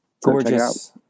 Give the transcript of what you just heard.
Gorgeous